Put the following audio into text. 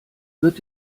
wird